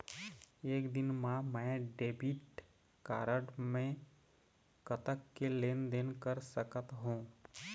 एक दिन मा मैं डेबिट कारड मे कतक के लेन देन कर सकत हो?